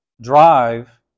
drive